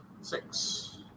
Six